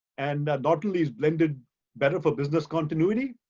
and not only is blended better for business continuity,